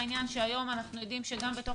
כאשר אנחנו יודעים שגם היום אנחנו יודעים שבתוך